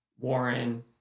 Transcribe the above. Warren